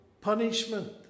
punishment